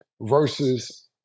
versus